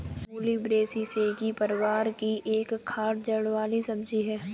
मूली ब्रैसिसेकी परिवार की एक खाद्य जड़ वाली सब्जी है